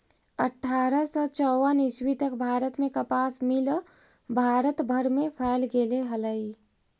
अट्ठारह सौ चौवन ईस्वी तक भारत में कपास मिल भारत भर में फैल गेले हलई